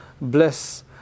bless